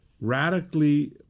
radically